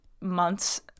months